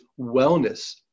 wellness